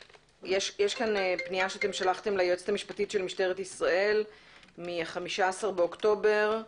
פנייה ששלחתם ליועצת המשפטית של משטרת ישראל מ-15 באוקטובר,